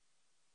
בוקר טוב לכולם.